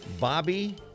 Bobby